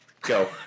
Go